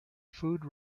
food